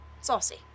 saucy